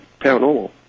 paranormal